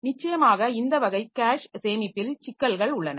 நிச்சயமாக இந்த வகை கேஷ் சேமிப்பில் சிக்கல்கள் உள்ளன